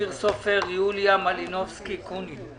אופיר סופר, יוליה מלינובסקי קונין.